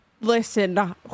Listen